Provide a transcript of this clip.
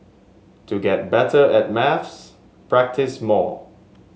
to get better at maths practise more